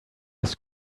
his